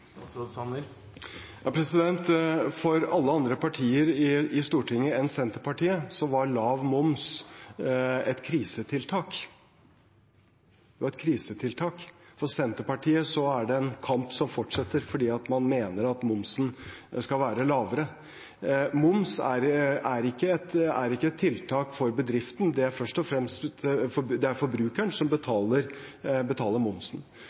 For alle andre partier i Stortinget enn Senterpartiet var lav moms et krisetiltak. Det var et krisetiltak. For Senterpartiet er det en kamp som fortsetter fordi man mener at momsen skal være lavere. Moms er ikke et tiltak for bedriften, det er forbrukeren som betaler momsen. Når vi mener at det er